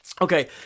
Okay